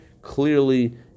clearly